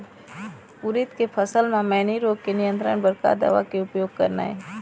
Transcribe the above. उरीद के फसल म मैनी रोग के नियंत्रण बर का दवा के उपयोग करना ये?